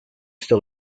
still